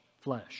flesh